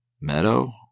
Meadow